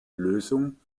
lösung